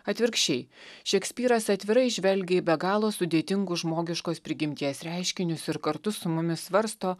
atvirkščiai šekspyras atvirai žvelgia į be galo sudėtingus žmogiškos prigimties reiškinius ir kartu su mumis svarsto